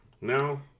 now